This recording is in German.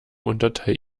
unterteil